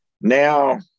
Now